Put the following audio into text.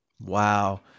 Wow